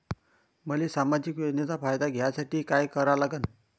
मले सामाजिक योजनेचा फायदा घ्यासाठी काय करा लागन?